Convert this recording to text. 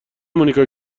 مونیکا